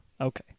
Okay